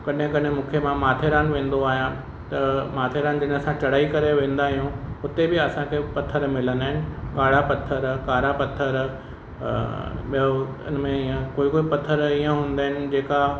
कॾहिं कॾहिं मूंखे मां माथेरान वेंदो आहियां त माथेरान जॾहिं असां चढ़ाई करे वेंदा आहियूं हुते बि असांखे पथर मिलंदा आहिनि पाड़ा पथर कारा पथर अ ॿियो इनमें या कोई कोई पथर ईअं हूंदा आहिनि जेका